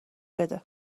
بده